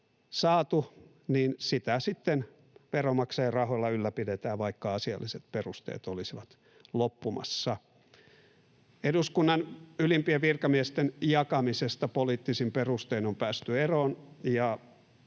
niin sitä sitten veronmaksajien rahoilla ylläpidetään, vaikka asialliset perusteet olisivat loppumassa. Eduskunnan ylimpien virkamiesten virkojen jakamisesta poliittisin perustein on päästy eroon,